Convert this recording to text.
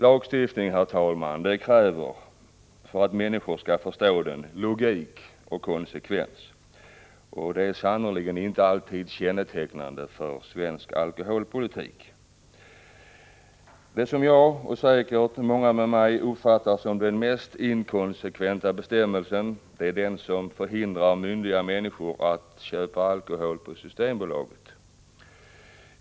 Lagstiftning, herr talman, kräver logik och konsekvens för att människor skall förstå den, något som sannerligen inte alltid är kännetecknande för svensk alkoholpolitik. Det som jag och säkert många med mig uppfattar som den mest inkonsekventa bestämmelsen är den som förhindrar myndiga människor att köpa alkohol på Systembolaget.